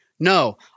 No